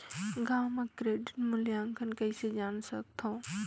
गांव म क्रेडिट मूल्यांकन कइसे जान सकथव?